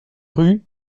rue